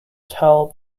towel